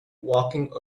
walking